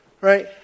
right